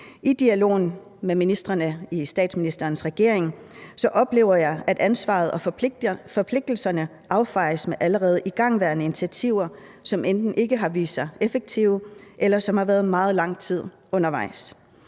ministrene i statsministerens regering oplever jeg, at ansvaret og forpligtelserne affejes med allerede igangværende initiativer, som enten ikke har vist sig effektive, eller som har været meget lang tid undervejs.